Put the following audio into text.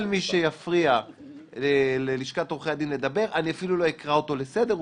כל מי שיפריע ללשכת עורכי הדין לדבר אני אפילו לא אקרא אותו לסדר,